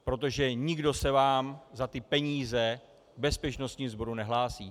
Protože nikdo se vám za ty peníze k bezpečnostním sborům nehlásí.